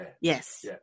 Yes